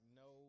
no